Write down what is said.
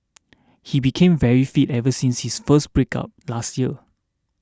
he became very fit ever since his breakup last year